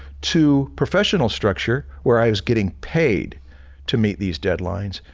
to professional structure where i was getting paid to meet these deadlines.